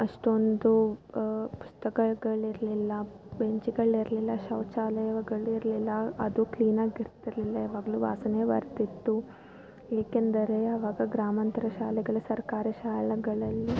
ಅಷ್ಟೊಂದು ಪುಸ್ತಕಗಳಿರಲಿಲ್ಲ ಬೆಂಚುಗಳಿರಲಿಲ್ಲ ಶೌಚಾಲಯಗಳಿರಲಿಲ್ಲ ಅದು ಕ್ಲೀನಾಗಿರ್ತಿರಲಿಲ್ಲ ಯಾವಾಗಲೂ ವಾಸನೆ ಬರ್ತಿತ್ತು ಏಕೆಂದರೆ ಅವಾಗ ಗ್ರಾಮಾಂತರ ಶಾಲೆಗಳು ಸರ್ಕಾರಿ ಶಾಲೆಗಳಲ್ಲಿ